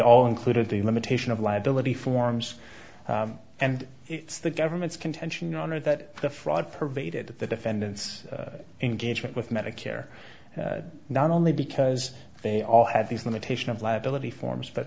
all included the limitation of liability forms and it's the government's contention honor that the fraud pervaded the defendant's engagement with medicare not only because they all had these limitation of liability forms but